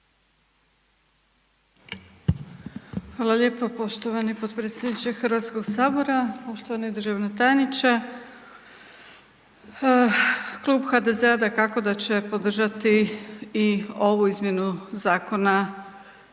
Hvala lijepo poštovani potpredsjedniče Hrvatskog sabora, poštovani državni tajniče. Klub HDZ-a dakako da će podržati i ovu izmjenu zakona